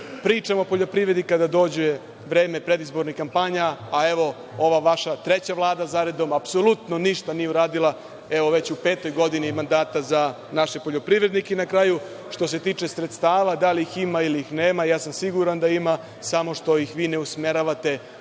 pričamo o poljoprivredi kada dođe vreme predizbornih kampanja, a evo ova vaša treća Vlada zaredom apsolutno ništa nije uradila, evo već u petog godini mandata, za naše poljoprivrednike. Na kraju, što se tiče sredstava, da li ih ima ili ih nema, ja sam siguran da ima samo što ih vi ne usmeravate